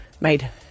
made